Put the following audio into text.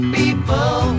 people